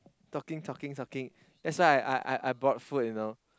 talking talking talking that's why I I I brought food you know